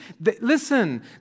Listen